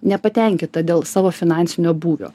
nepatenkinta dėl savo finansinio būvio